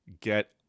get